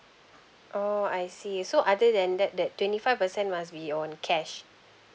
oo I see so other than that that twenty five percent must be on cash